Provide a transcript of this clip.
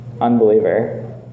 Unbeliever